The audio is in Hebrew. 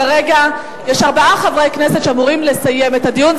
כרגע יש ארבעה חברי כנסת שאמורים לסיים את הדיון.